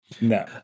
No